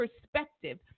perspective